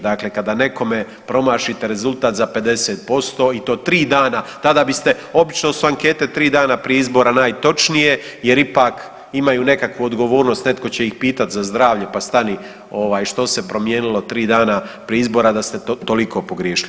Dakle, kada nekome promašite rezultat za 50% i to 3 dana tada biste, obično su ankete 3 dana prije izbora najtočnije jer ipak imaju nekakvu odgovornost netko će ih pitati za zdravlje pa stani ovaj što se promijenilo 3 dana prije izbora da ste toliko pogriješili.